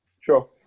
sure